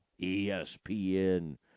ESPN